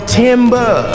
timber